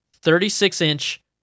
36-inch